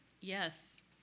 Yes